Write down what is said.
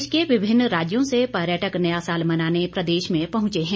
देश के विभिन्न राज्यों से पर्यटक नया साल मनाने प्रदेश में पहुंचे हैं